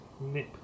Nip